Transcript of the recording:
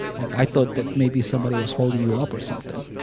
like, i thought that maybe somebody was holding you up or something.